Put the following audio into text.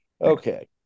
Okay